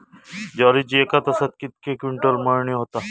ज्वारीची एका तासात कितके क्विंटल मळणी होता?